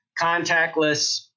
contactless